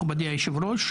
מכובדי היושב ראש,